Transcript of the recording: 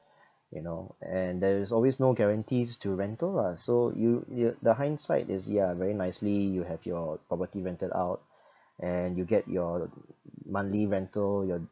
you know and there is always no guarantees to rental lah so you you the hindsight is ya very nicely you have your property rented out and you get your monthly rental your